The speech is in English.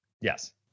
Yes